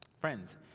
friends